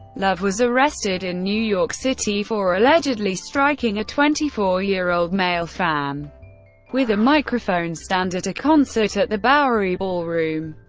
love was arrested in new york city for allegedly striking a twenty four year old male fan with a microphone stand at a concert at the bowery ballroom.